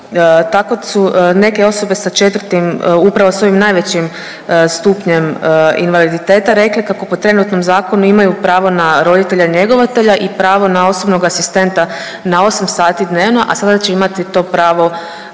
Tako su neke osobe sa 4., upravo s ovim najvećim stupnjem invaliditeta rekle kako po trenutnom zakonu imaju pravo na roditelja njegovatelja i pravo na osobnog asistenta na 8 sati dnevno, a sada će imati to pravo,